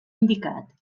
indicat